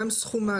גם סכומה,